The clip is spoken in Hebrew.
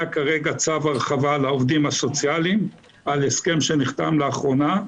כרגע צו הרחבה לעובדים הסוציאליים על הסכם שנחתם לאחרונה,